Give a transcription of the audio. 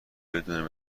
بدون